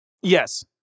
Yes